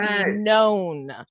known